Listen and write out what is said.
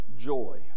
joy